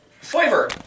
Flavor